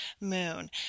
moon